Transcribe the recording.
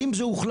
האם זה הוחלט?